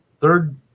third